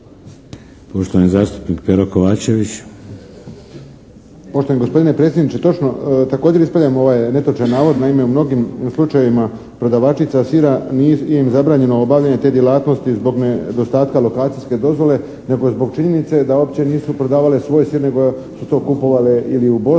**Kovačević, Pero (HSP)** Poštovani gospodine predsjedniče, također ispravljam ovaj netočan navod. Naime u mnogim slučajevima prodavačica sira, nije im zabranjeno obavljanje te djelatnosti zbog nedostatka lokacijske dozvole nego zbog činjenice da uopće nisu prodavale svoj sir nego su to kupovale ili u Bosni